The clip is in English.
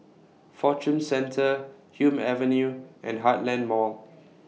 Fortune Centre Hume Avenue and Heartland Mall